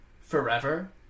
forever